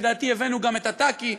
לדעתי הבאנו גם את ה"טאקי"